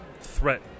threat